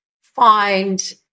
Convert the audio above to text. find